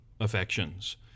affections